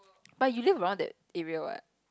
but you live around that area what